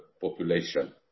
population